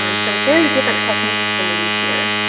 um so very different techniques than we use here.